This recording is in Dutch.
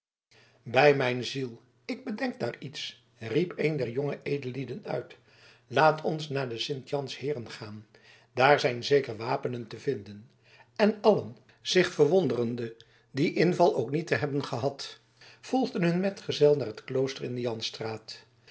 bij mijn ziel ik bedenk daar iets riep een der jonge edellieden uit laat ons naar de sint jans heeren gaan daar zijn zeker wapenen te vinden en allen zich verwonderende dien inval ook niet te hebben gehad volgden hun metgezel naar het klooster in de